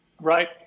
right